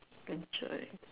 enjoy